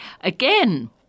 again